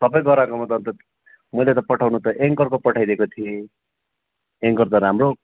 सबै गराएकोमा त अन्त मैले त पठाउनु त एङ्कोरको पठाइदिएको थिएँ एङ्कोरको त राम्रो